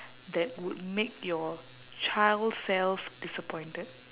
that would make your child self disappointed